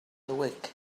week